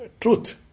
truth